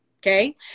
Okay